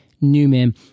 Newman